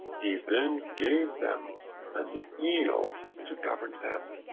he then gave them an eel to govern them.